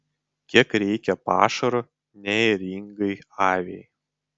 kiek reikia pašaro neėringai aviai